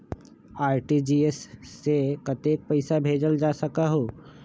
RTGS से कतेक पैसा भेजल जा सकहु???